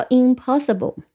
impossible